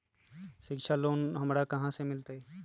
शिक्षा लोन हमरा कहाँ से मिलतै?